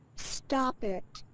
stop it!